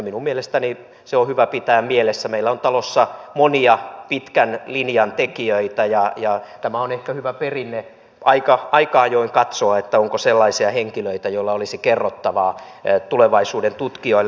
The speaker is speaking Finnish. minun mielestäni se on hyvä pitää mielessä että meillä on talossa monia pitkän linjan tekijöitä ja tämä on ehkä hyvä perinne aika ajoin katsoa onko sellaisia henkilöitä joilla olisi kerrottavaa tulevaisuuden tutkijoille